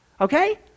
okay